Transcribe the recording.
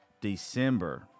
December